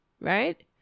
right